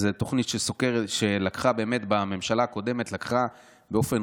זו תוכנית שהממשלה הקודמת לקחה באופן